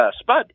Spud